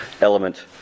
element